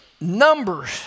Numbers